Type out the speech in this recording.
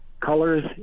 colors